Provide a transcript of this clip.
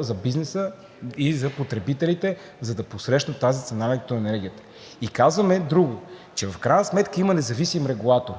за бизнеса или за потребителите, за да посрещнат тази цена на електроенергията. И казваме друго: че в крайна сметка има независим регулатор